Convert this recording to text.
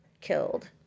killed